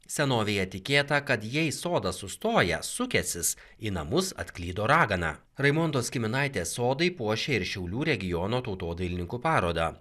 senovėje tikėta kad jei sodas sustoja sukęsis į namus atklydo ragana raimondos kiminaitės sodai puošia ir šiaulių regiono tautodailininkų parodą